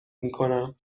میکنم